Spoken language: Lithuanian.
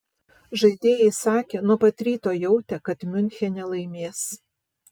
žaidėjai sakė nuo pat ryto jautę kad miunchene laimės